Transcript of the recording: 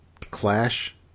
Clash